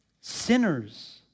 Sinners